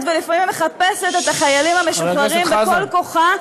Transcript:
ולפעמים מחפשת את החיילים המשוחררים בכל כוחה,